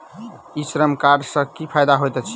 ई श्रम कार्ड सँ की फायदा होइत अछि?